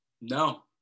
No